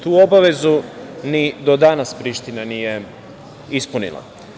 Tu obavezu ni do danas Priština nije ispunila.